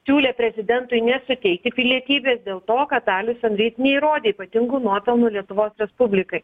siūlė prezidentui nesuteikti pilietybės dėl to kad alison ryt neįrodė ypatingų nuopelnų lietuvos respublikai